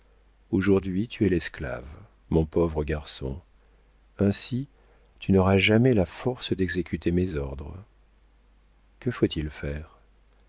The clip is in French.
aujourd'hui tu es l'esclave mon pauvre garçon ainsi tu n'auras jamais la force d'exécuter mes ordres que faut-il faire